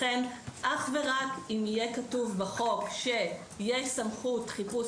לכן אך ורק אם יהיה כתוב בחוק שיש סמכות חיפוש